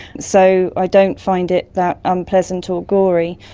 so i don't find it that unpleasant or gory.